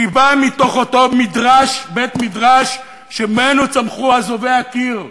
שהיא באה מתוך אותו בית-מדרש שממנו צמחו אזובי הקיר,